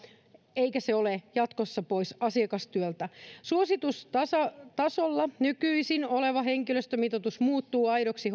eikä se ole jatkossa pois asiakastyöltä suositustasolla nykyisin oleva henkilöstömitoitus muuttuu aidoksi